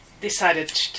decided